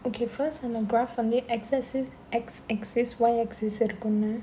okay first on the graph வந்து:vandhu X axis X axis Y axis இருக்கும்ல:irukkumla